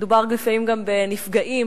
מדובר לפעמים גם בנפגעים,